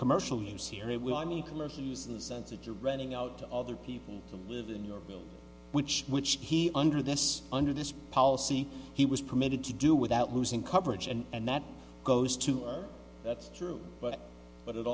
commercial use here it will i mean commercial use in the sense that you're renting out to other people who live in new york which which he under this under this policy he was permitted to do without losing coverage and that goes to that's true but but it